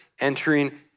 entering